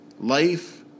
life